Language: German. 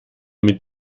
mit